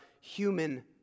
human